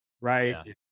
right